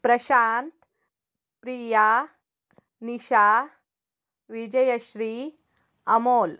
Prashant Priya Nisha Vijayashree Amol